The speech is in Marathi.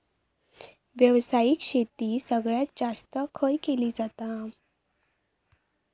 व्यावसायिक शेती सगळ्यात जास्त खय केली जाता?